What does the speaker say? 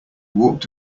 walked